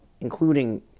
including